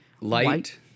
light